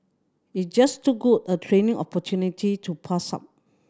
it's just too good a training opportunity to pass up